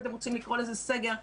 אתם רוצים לקרוא לזה סגר,